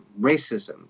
racism